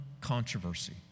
controversy